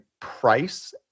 price